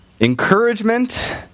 Encouragement